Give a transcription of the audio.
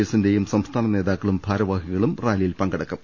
എസിന്റെയും സംസ്ഥാന നേതാക്കളും ഭാരവാ ഹികളും റാലിയിൽ പങ്കെടുക്കും